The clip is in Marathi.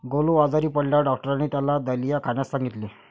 गोलू आजारी पडल्यावर डॉक्टरांनी त्याला दलिया खाण्यास सांगितले